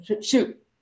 Shoot